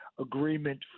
agreement